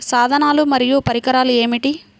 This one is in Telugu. సాధనాలు మరియు పరికరాలు ఏమిటీ?